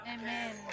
Amen